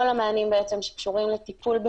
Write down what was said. כל המענים בעצם שקשורים לטיפול,